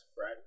Right